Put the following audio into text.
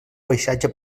paisatge